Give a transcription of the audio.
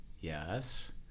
Yes